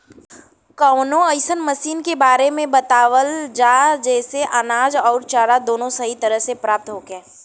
कवनो अइसन मशीन के बारे में बतावल जा जेसे अनाज अउर चारा दोनों सही तरह से प्राप्त होखे?